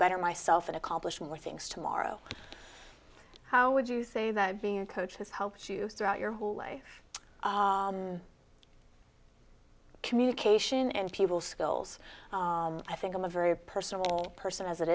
better myself and accomplish more things tomorrow how would you say that being a coach has helped you throughout your whole way communication and people skills i think i'm a very personable person as it